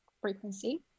frequency